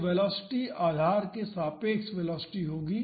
तो वेलोसिटी आधार के सापेक्ष वेलोसिटी होगी